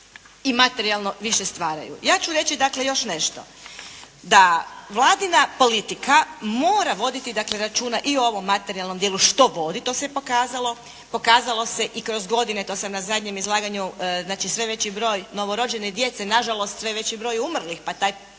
i materijalno više stvaraju. Ja ću reći dakle još nešto. Da Vladina politika mora voditi dakle računa i o ovom materijalnom dijelu što vodi, to se i pokazalo. Pokazalo se i kroz godine, to sam na zadnjem izlaganju znači sve veći broj novorođene djece, nažalost sve veći broj umrlih, pa taj